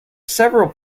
several